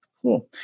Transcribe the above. Cool